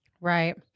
right